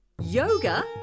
Yoga